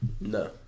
No